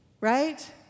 right